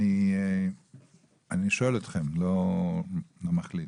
אני לא מחליט